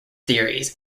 theories